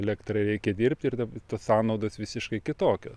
elektrą reikia dirbti ir tad sąnaudos visiškai kitokios